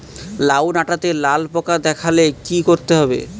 লাউ ডাটাতে লাল পোকা দেখালে কি করতে হবে?